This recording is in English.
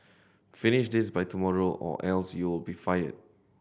finish this by tomorrow or else you'll be fired